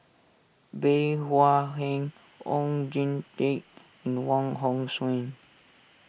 Bey Hua Heng Oon Jin Teik and Wong Hong Suen